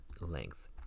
length